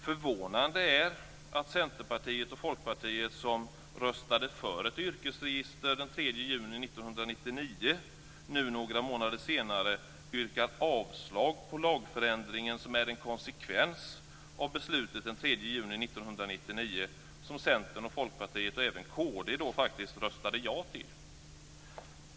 Förvånande är att Centerpartiet och juni 1999, nu några månader senare yrkar avslag på en lagförändring som är en konsekvens av beslutet den 3 juni 1999 som Centern och Folkpartiet - och även kd, faktiskt - röstade ja till.